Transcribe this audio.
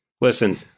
listen